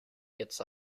gets